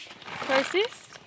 processed